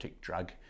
drug